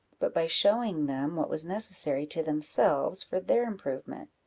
but by showing them what was necessary to themselves for their improvement.